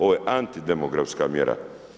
Ovo je antidemografska mjera.